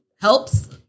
helps